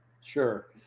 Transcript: Sure